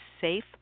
safe